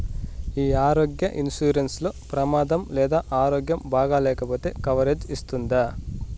ఈ ఆరోగ్య ఇన్సూరెన్సు లో ప్రమాదం లేదా ఆరోగ్యం బాగాలేకపొతే కవరేజ్ ఇస్తుందా?